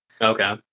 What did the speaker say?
Okay